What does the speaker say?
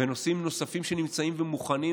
ונושאים נוספים שנמצאים ומוכנים,